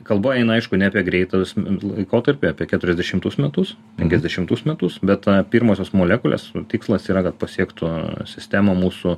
kalba eina aišku ne apie greitus laikotarpį apie keturiasdešimtus metus penkiasdešimtus metus bet pirmosios molekulės tikslas yra kad pasiektų sistemą mūsų